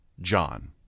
John